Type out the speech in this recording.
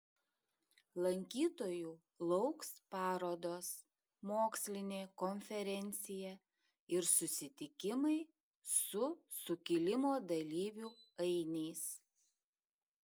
lankytojų lauks parodos mokslinė konferencija ir susitikimai su sukilimo dalyvių ainiais